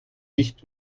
nicht